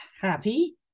happy